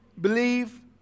believe